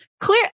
clear